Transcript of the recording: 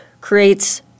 creates